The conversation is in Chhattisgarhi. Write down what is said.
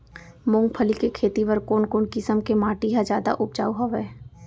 मूंगफली के खेती बर कोन कोन किसम के माटी ह जादा उपजाऊ हवये?